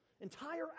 Entire